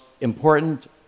important